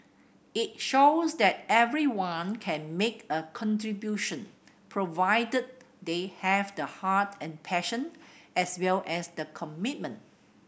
it shows that everyone can make a contribution provided they have the heart and passion as well as the commitment